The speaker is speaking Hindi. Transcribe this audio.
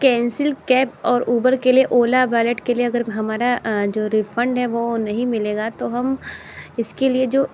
कैंसिल कैब और उबर के लिए ओला वेलेट के लिए अगर हमारा जो रिफ़ंड है वो नहीं मिलेगा तो हम इस के लिए जो